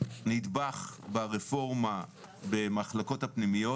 נדבך ברפורמה במחלקות הפנימיות.